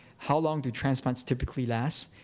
how long do transplants typically last?